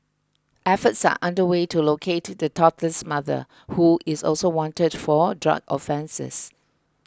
efforts are under way to locate the toddler's mother who is also wanted for drug offences